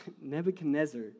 Nebuchadnezzar